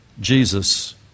Jesus